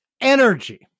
energy